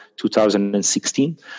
2016